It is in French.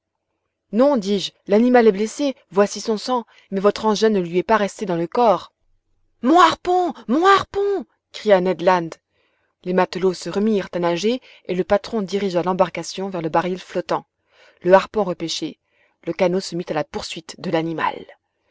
non dis-je l'animal est blessé voici son sang mais votre engin ne lui est pas resté dans le corps mon harpon mon harpon cria ned land les matelots se remirent à nager et le patron dirigea l'embarcation vers le baril flottant le harpon repêché le canot se mit à la poursuite de l'animal